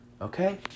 Okay